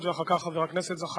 ואחר כך, חבר הכנסת זחאלקה.